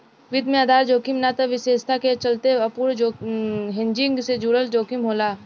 वित्त में आधार जोखिम ना त विशेषता के चलते अपूर्ण हेजिंग से जुड़ल जोखिम होला